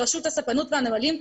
ברשות הספנים והנמלים,